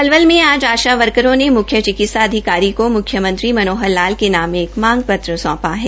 पलवल में आज आशा वर्करों ने मुख्य चिकित्सा अधिकारी को मुख्यमंत्री मनोहर लाल के नाम एक मांग पत्र सोंपा है